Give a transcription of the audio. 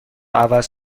عوض